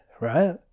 right